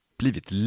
blivit